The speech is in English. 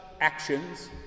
actions